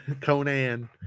Conan